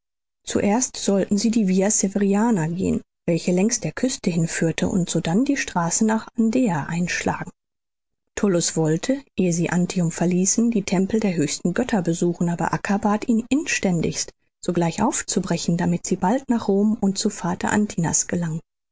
zuerst sollten sie die via severiana gehen welche längs der küste hinführte und sodann die straße nach ardea einschlagen tullus wollte ehe sie antium verließen die tempel der höchsten götter besuchen aber acca bat ihn inständigst sogleich aufzubrechen damit sie bald nach rom und zu vater atinas gelangten